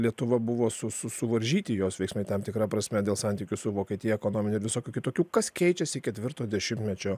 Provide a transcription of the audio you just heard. lietuva buvo su su suvaržyti jos veiksmai tam tikra prasme dėl santykių su vokietija ekonominių ir visokių kitokių kas keičiasi ketvirto dešimtmečio